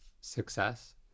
success